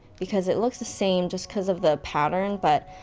because it looks the same just cus of the pattern. but.